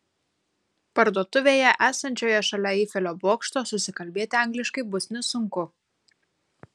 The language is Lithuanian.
parduotuvėje esančioje šalia eifelio bokšto susikalbėti angliškai bus nesunku